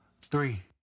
three